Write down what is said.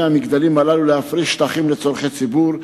המגדלים הללו להפריש שטחים לצורכי הציבור?